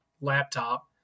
laptop